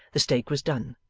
the steak was done,